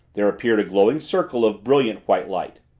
there appeared a glowing circle of brilliant white light.